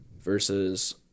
versus